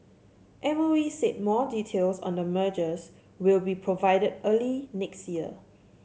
M O E said more details on the mergers will be provided early next year